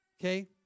Okay